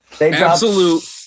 Absolute